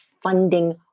funding